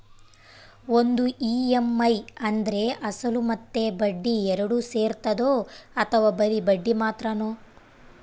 ಒಂದು ಇ.ಎಮ್.ಐ ಅಂದ್ರೆ ಅಸಲು ಮತ್ತೆ ಬಡ್ಡಿ ಎರಡು ಸೇರಿರ್ತದೋ ಅಥವಾ ಬರಿ ಬಡ್ಡಿ ಮಾತ್ರನೋ?